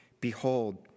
Behold